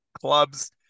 clubs